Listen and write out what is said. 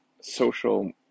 social